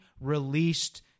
released